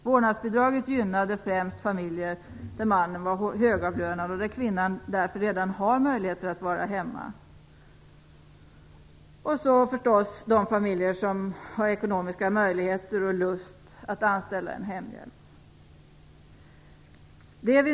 Vårdnadsbidraget gynnade främst familjer där mannen var högavlönad och där kvinnan därför redan har möjligheter att vara hemma och så förstås de familjer som har ekonomiska möjligheter och lust att anställa en hemhjälp.